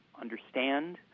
understand